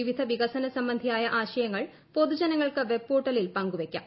വിവിധ വികസന സംബന്ധിയായ ആശയങ്ങൾ പൊതുജനങ്ങൾക്ക് വെബ് പോർട്ടലിൽ പങ്ക് വെയ്ക്കാം